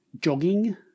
jogging